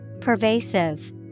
Pervasive